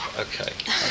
Okay